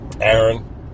Aaron